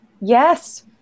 Yes